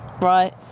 Right